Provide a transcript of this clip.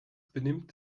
benimmt